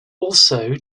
also